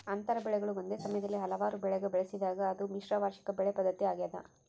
ಅಂತರ ಬೆಳೆಗಳು ಒಂದೇ ಸಮಯದಲ್ಲಿ ಹಲವಾರು ಬೆಳೆಗ ಬೆಳೆಸಿದಾಗ ಅದು ಮಿಶ್ರ ವಾರ್ಷಿಕ ಬೆಳೆ ಪದ್ಧತಿ ಆಗ್ಯದ